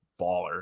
baller